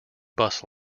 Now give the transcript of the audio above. bus